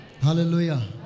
Hallelujah